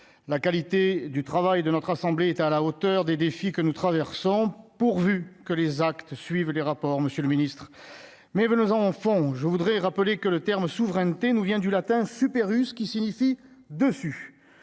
la qualité du travail de notre assemblée, est à la hauteur des défis que nous traversons, pourvu que les actes suivent les rapports Monsieur le Ministre, mais veut nos enfants, je voudrais rappeler que le terme souveraineté nous vient du latin super U, ce qui signifie dessus